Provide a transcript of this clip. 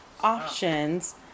options